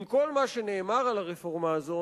עם כל מה שנאמר על הרפורמה הזו,